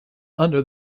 under